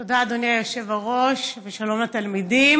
תודה, אדוני היושב-ראש ושלום לתלמידים.